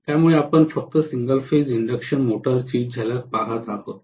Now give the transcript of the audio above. त्यामुळे आपण फक्त सिंगल फेज इंडक्शन मोटरची झलक पाहत आहोत